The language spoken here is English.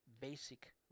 basic